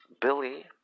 Billy